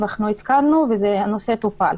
ועדכנו והנושא טופל.